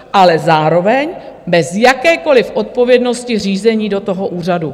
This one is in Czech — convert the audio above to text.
Ale zároveň bez jakékoliv odpovědnosti řízení do toho úřadu.